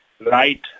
right